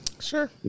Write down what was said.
Sure